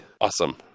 Awesome